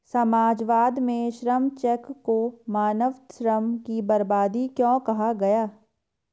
समाजवाद में श्रम चेक को मानव श्रम की बर्बादी क्यों कहा गया?